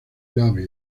love